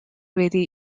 wedi